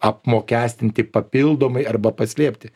apmokestinti papildomai arba paslėpti